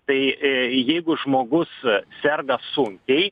tai jeigu žmogus serga sunkiai